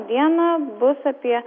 dieną bus apie